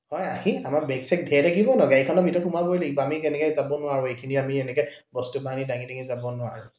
হয় আহি আমাৰ বেগ চেগ ধেৰ থাকিব ন গাড়ীখনৰ ভিতৰত সোমাবই লাগিব আমি এনেকৈ যাব নোৱাৰো এইখিনি আমি এনেকৈ বস্তু বাহানি ডাঙি ডাঙি যাব নোৱাৰোঁ